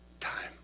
time